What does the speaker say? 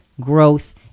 growth